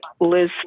Liz